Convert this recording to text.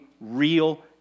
real